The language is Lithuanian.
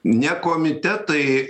ne komitetai